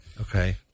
Okay